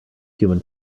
human